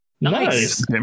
Nice